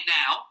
now